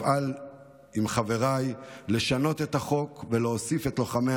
אפעל עם חבריי לשנות את החוק ולהוסיף את לוחמי